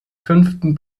fünften